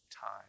time